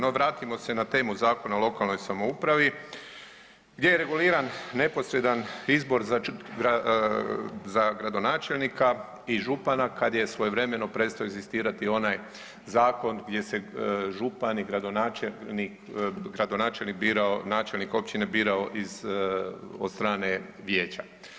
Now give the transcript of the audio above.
No vratimo se na temu Zakona o lokalnoj samoupravi gdje je reguliran neposredan izbor za gradonačelnika i župana kad je svojevremeno prestao egzistirati onaj zakon gdje se župan i gradonačelnik birao, načelnik općine birao od strane vijeća.